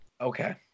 Okay